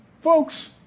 Folks